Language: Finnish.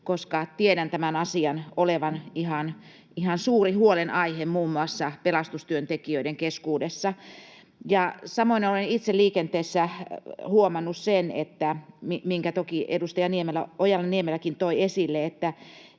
koska tiedän tämän asian olevan ihan suuri huolenaihe muun muassa pelastustyöntekijöiden keskuudessa. Samoin olen itse liikenteessä huomannut sen — minkä toki edustaja Ojala-Niemeläkin toi esille — että